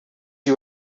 you